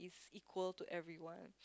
is equal to everyone